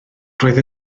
roedd